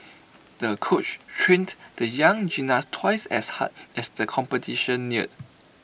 the coach trained the young gymnast twice as hard as the competition neared